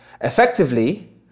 effectively